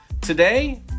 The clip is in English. today